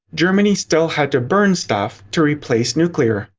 germany still had to burn stuff to replace nuclear.